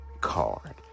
card